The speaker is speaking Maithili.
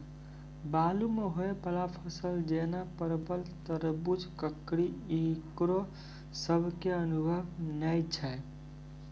बालू मे होय वाला फसल जैना परबल, तरबूज, ककड़ी ईकरो सब के अनुभव नेय छै?